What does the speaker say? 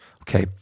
Okay